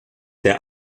der